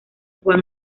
juan